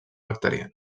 bacteriana